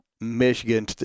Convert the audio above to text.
Michigan